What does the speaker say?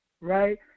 right